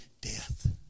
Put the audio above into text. Death